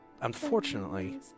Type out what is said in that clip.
unfortunately